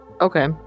Okay